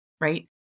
right